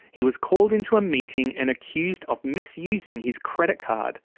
he was called into a meeting and accused of misusing his credit card.